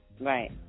Right